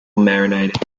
marinated